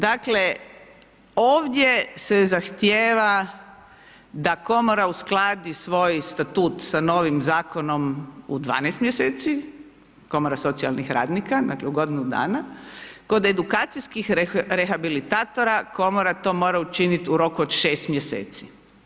Dakle, ovdje se zahtjeva da Komora uskladi svoj statut sa novim Zakonom u 12 mjeseci, Komora socijalnih radnika, dakle u godinu dana, kod edukacijskih rehabilitatora, Komora to mora učiniti u roku od 6 mjeseci.